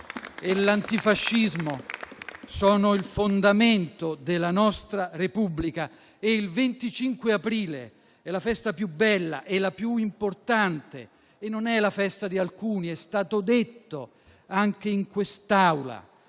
La Resistenza e l'antifascismo sono il fondamento della nostra Repubblica e il 25 aprile è la festa più bella e la più importante e non è la festa di alcuni. Com'è stato detto anche in quest'Aula,